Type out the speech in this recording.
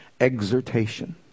exhortation